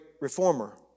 reformer